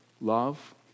Love